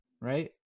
right